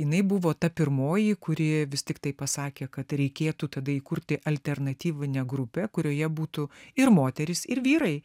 jinai buvo ta pirmoji kuri vis tiktai pasakė kad reikėtų tada įkurti alternatyvinę grupę kurioje būtų ir moterys ir vyrai